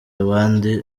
abandi